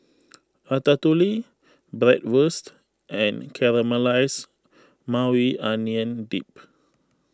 Ratatouille Bratwurst and Caramelized Maui Onion Dip